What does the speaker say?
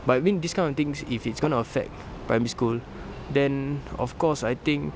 but I mean this kind of things if it's going to affect primary school then of course I think